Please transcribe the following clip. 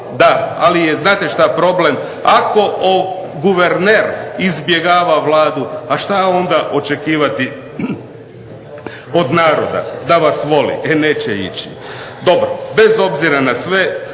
Ali je znate šta problem, ako guverner izbjegava Vladu, a šta onda očekivati od naroda da vas voli. E neće ići. Dobro, bez obzira na sve